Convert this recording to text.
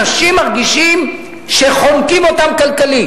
אנשים מרגישים שחונקים אותם כלכלית.